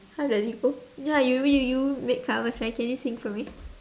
how does it go ya you you you make sounds like can you sing for me